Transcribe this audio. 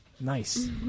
Nice